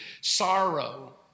sorrow